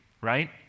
right